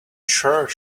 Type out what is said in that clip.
sure